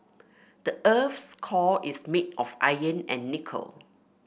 the earth's core is made of iron and nickel